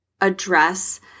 address